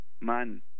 man